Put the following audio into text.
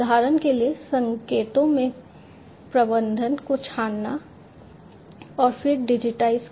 उदाहरण के लिए संकेतों के प्रवर्धन को छानना और फिर डिजिटाइज़ करना